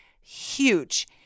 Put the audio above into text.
Huge